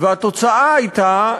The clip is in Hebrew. והתוצאה הייתה,